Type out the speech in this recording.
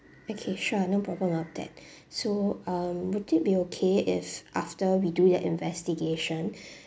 okay sure no problem of that so um would it be okay if after we do that investigation